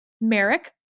Merrick